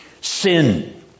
sin